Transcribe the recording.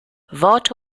worte